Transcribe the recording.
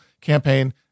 campaign